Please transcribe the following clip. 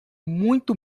muito